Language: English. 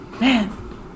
man